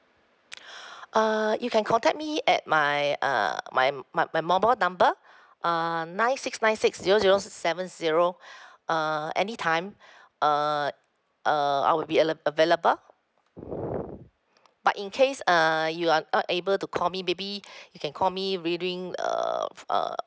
uh you can contact me at my err my my my mobile number uh nine six nine six zero zero se~ se~ seven zero uh any time uh uh I will be availa~ available but in case uh you are not able to call me maybe you can call me during uh f~ uh